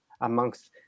amongst